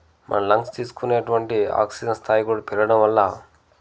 మన లంగ్స్ తీసుకునేటువంటి ఆక్సిజన్ స్థాయి కూడా పెరగడం వల్ల